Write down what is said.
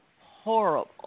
horrible